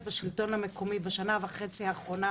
בשנה וחצי האחרונות